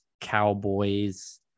Cowboys